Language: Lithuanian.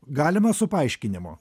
galime su paaiškinimu